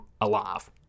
Alive